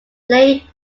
played